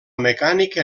mecànica